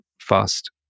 fast